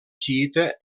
xiïta